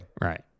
Right